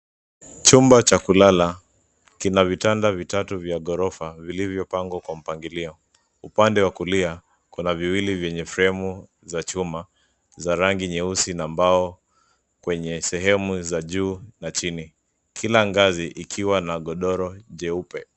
Chumba cha kulala ,kina vitanda vitatu vya ghorofa vilivyopangwa kwa mpangilio, upande wa kulia kuna viwili vyenye fremu za chuma za rangi nyeusi na mbao kwenye sehemu za juu na chini. Kila gazi ikiwa na godoro jeupe.